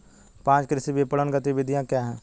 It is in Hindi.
पाँच कृषि विपणन गतिविधियाँ क्या हैं?